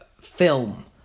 film